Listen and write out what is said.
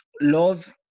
Love